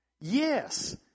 Yes